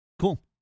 cool